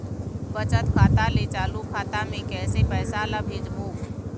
बचत खाता ले चालू खाता मे कैसे पैसा ला भेजबो?